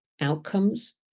outcomes